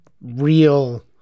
real